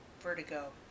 vertigo